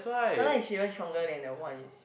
sometime is even stronger than the one is